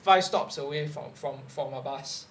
five stops away from from from a bus